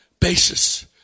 basis